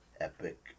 epic